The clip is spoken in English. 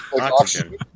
Oxygen